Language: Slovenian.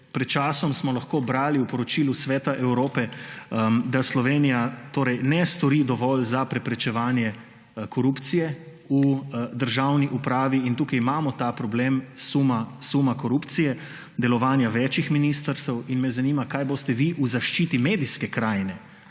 pred časom lahko brali v poročilu Sveta Evrope, da Slovenija ne stori dovolj za preprečevanje korupcije v državni upravi, in tukaj imamo ta problem suma korupcije, delovanja več ministrstev. Zanima me: Kaj boste vi v zaščiti medijske krajine